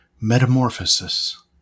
metamorphosis